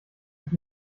noch